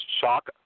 shock